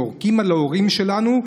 יורקים על ההורים שלנו,